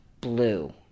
blue